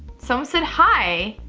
someone said hi,